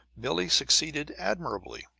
billie succeeded admirably.